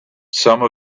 some